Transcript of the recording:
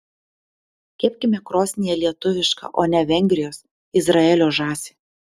kepkime krosnyje lietuvišką o ne vengrijos izraelio žąsį